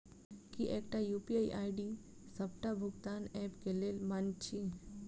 की एकटा UPI ID डी सबटा भुगतान ऐप केँ लेल मान्य अछि?